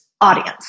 audience